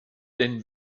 denn